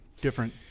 different